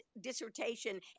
dissertation